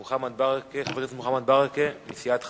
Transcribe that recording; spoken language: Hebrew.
מוחמד ברכה, חבר הכנסת מוחמד ברכה מסיעת חד"ש.